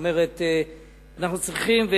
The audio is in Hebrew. כלומר אנו צריכים,